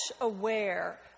aware